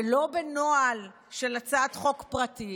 ולא בנוהל של הצעת חוק פרטית,